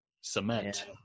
cement